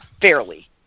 fairly